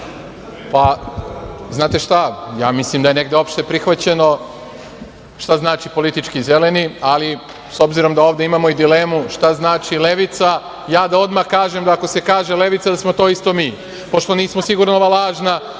Znate šta, ja mislim da je negde uopšte prihvaćeno šta znači politički zeleni, ali s obzirom da ovde imamo i dilemu šta znači levica, ja da odmah kažem, ako se kaže levica da smo isto mi, pošto nismo sigurni ova lažna